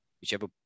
whichever